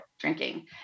drinking